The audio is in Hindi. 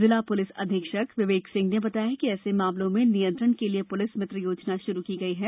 जिला पुलिस अधीक्षक विवेक सिंह ने बताया कि ऐसे मामलों में नियंत्रण के लिए पुलिस मित्र योजना शुरू की गई हैं